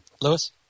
Lewis